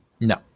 No